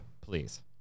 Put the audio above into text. Please